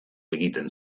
egiten